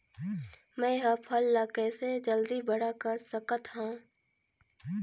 मैं ह फल ला कइसे जल्दी बड़ा कर सकत हव?